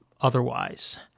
otherwise